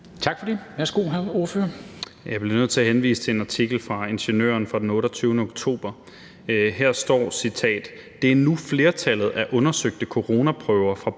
Carl Valentin (SF): Jeg bliver nødt til at henvise til en artikel fra Ingeniøren fra den 28. oktober, hvor der står: »Det er nu flertallet af undersøgte coronaprøver fra